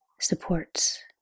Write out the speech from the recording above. supports